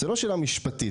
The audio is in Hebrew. זו לא שאלה משפטית,